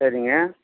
சரிங்க